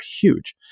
huge